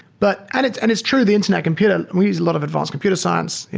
but and it's and it's true, the internet computer we use a lot of advanced computer science,